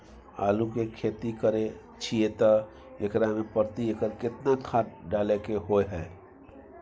आलू के खेती करे छिये त एकरा मे प्रति एकर केतना खाद डालय के होय हय?